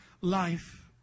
life